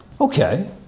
Okay